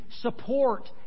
support